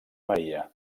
maria